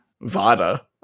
Vada